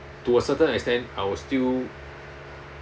to a certain extent I will still